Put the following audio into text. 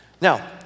Now